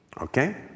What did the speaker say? Okay